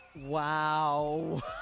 Wow